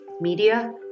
media